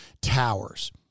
towers